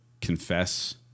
confess